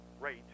rate